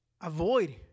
avoid